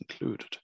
included